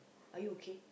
are you okay